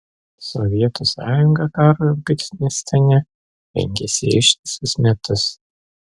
sovietų sąjunga karui afganistane rengėsi ištisus metus